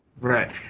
Right